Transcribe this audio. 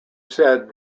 said